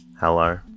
Hello